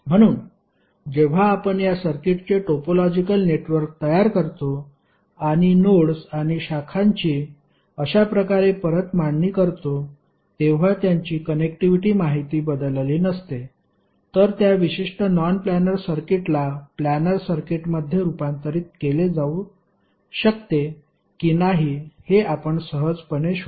म्हणून जेव्हा आपण या सर्किटचे टोपोलॉजिकल नेटवर्क तयार करतो आणि नोड्स आणि शाखांची अशा प्रकारे परत मांडणी करतो तेव्हा त्यांची कनेक्टिव्हिटी माहिती बदलली नसते तर त्या विशिष्ट नॉन प्लानर सर्किटला प्लानर सर्किटमध्ये रूपांतरित केले जाऊ शकते की नाही हे आपण सहजपणे शोधू शकतो